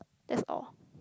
that's all